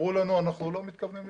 אמרו לנו: אנחנו לא מתכוונים להתפנות.